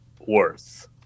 worth